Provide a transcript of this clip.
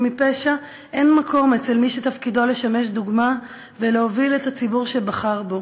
מפשע אין מקום אצל מי שתפקידו לשמש דוגמה ולהוביל את הציבור שבחר בו.